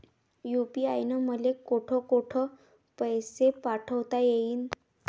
UPI न मले कोठ कोठ पैसे पाठवता येईन?